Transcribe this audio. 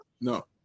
No